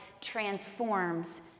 transforms